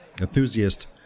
Enthusiast